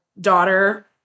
daughter